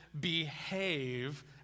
behave